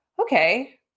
okay